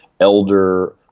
elder